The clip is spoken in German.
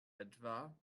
etwa